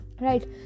right